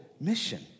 mission